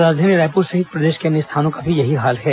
राजधानी रायपुर सहित प्रदेश के अन्य स्थानों का भी यही हाल है